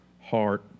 heart